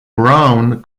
browne